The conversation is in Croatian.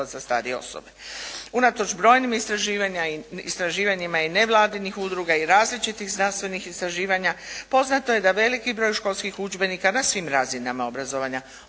za starije osobe. Unatoč brojnim istraživanjima i nevladinih udruga i različitih znanstvenih istraživanja poznato je da veliki broj školskih udžbenika na svim razinama obrazovanja